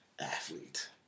athlete